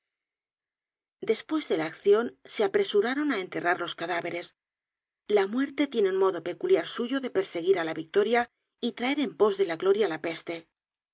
despues de la accion se apresuraron á enterrar los cadáveres la muerte tiene un modo peculiar suyo de perseguir á la victoria y traer en pos de la gloría la peste